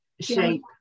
shape